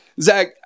Zach